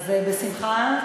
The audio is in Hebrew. בשמחה.